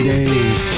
Days